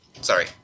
Sorry